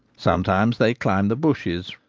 sometimes they climb the bushes,